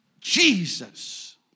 Jesus